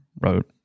wrote